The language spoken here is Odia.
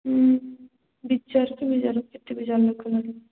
ହୁଁ ବିଚାର କି ବିଜାର କେତେ ବି ଚାଲୁ କଲାଣି